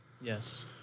Yes